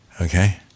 okay